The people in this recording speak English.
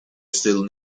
still